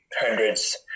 hundreds